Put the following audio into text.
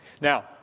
Now